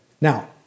Now